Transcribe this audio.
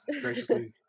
graciously